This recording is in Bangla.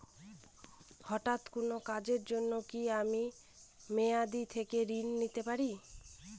হঠাৎ কোন কাজের জন্য কি আমি মেয়াদী থেকে ঋণ নিতে পারি?